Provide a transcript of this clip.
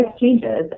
changes